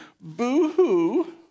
boo-hoo